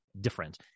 different